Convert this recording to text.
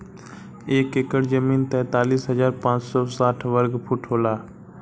एक एकड़ जमीन तैंतालीस हजार पांच सौ साठ वर्ग फुट होला